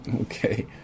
Okay